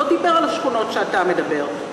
הוא לא דיבר על השכונות שאתה מדבר,